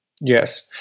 Yes